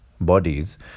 bodies